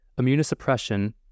immunosuppression